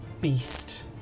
beast